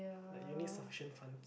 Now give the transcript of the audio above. like you need sufficient fund